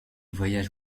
voyage